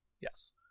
Yes